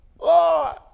Lord